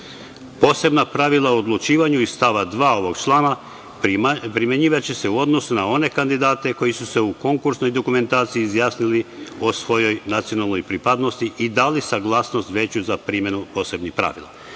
Posebna pravila o odlučivanja iz stava 2. ovog člana primenjivaće se u odnosu na one kandidate koji su se u konkursnoj dokumentaciji izjasnili o svojoj nacionalnoj pripadnosti i dali saglasnost veću za primenu posebnih pravila.“Kao